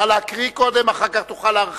נא להקריא קודם, אחר כך תוכל להרחיב